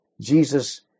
Jesus